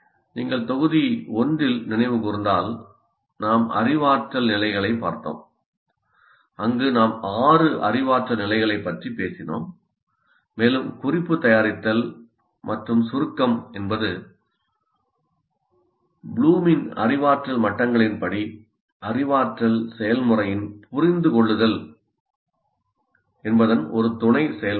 நீங்கள் தொகுதி 1 ல் நினைவு கூர்ந்தால் நாம் அறிவாற்றல் நிலைகளைப் பார்த்தோம் அங்கு நாம் ஆறு அறிவாற்றல் நிலைகளைப் பற்றிப் பேசினோம் மேலும் குறிப்பு தயாரித்தல் மற்றும் சுருக்கம் என்பது ப்ளூமின் அறிவாற்றல் மட்டங்களின்படி அறிவாற்றல் செயல்முறையின் 'புரிந்துகொள்ளுதல்' என்பதன் ஒரு துணை செயல்முறையாகும்